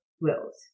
wills